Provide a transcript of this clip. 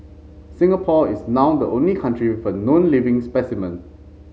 Singapore is now the only country with a known living specimen